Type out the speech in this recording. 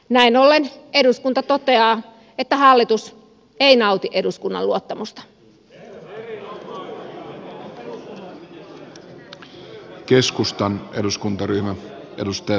näin ollen eduskunta toteaa että hallitus ei nauti eduskunnan luotta musta